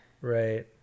right